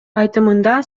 айтымында